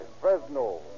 Fresno